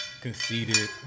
Conceited